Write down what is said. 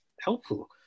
helpful